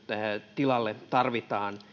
tilalle tarvitaan